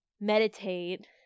meditate